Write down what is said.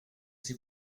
ses